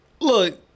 Look